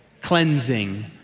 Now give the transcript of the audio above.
Cleansing